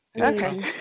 Okay